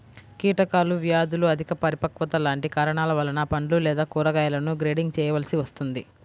కీటకాలు, వ్యాధులు, అధిక పరిపక్వత లాంటి కారణాల వలన పండ్లు లేదా కూరగాయలను గ్రేడింగ్ చేయవలసి వస్తుంది